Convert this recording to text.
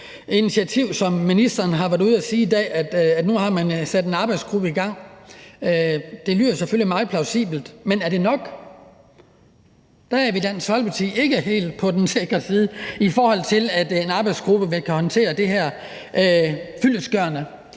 initiativ, som ministeren har været ude at sige noget om i dag, altså at man nu har sat en arbejdsgruppe i gang. Det lyder selvfølgelig meget plausibelt, men er det nok? Der er vi i Dansk Folkeparti ikke helt på den sikre side, i forhold til at en arbejdsgruppe vil garantere det her fyldestgørende.